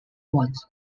once